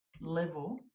level